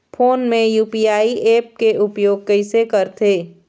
Phone मे UPI app के उपयोग कइसे करथे?